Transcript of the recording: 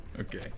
Okay